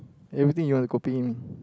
everything you want to copy him